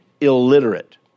illiterate